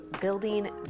Building